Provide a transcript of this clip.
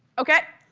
ok?